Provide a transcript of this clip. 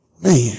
man